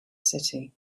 city